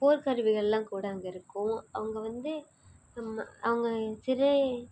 போர்க்கருவிகெல்லாம் கூட அங்கே இருக்கும் அவங்க வந்து நம்ம அவங்க சிறை